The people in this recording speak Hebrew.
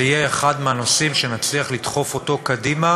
זה יהיה אחד הנושאים שנצליח לדחוף קדימה,